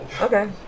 Okay